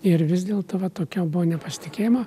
ir vis dėlto va tokia buvo nepasitikėjimo